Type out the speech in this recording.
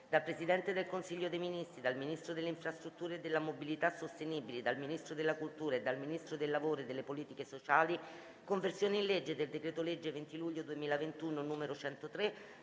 *dal Presidente del Consiglio dei Ministri, dal Ministro delle infrastrutture e della mobilità sostenibili, dal Ministro della cultura e dal Ministro del lavoro e delle politiche sociali:* "Conversione in legge del decreto-legge 20 luglio 2021, n. 103,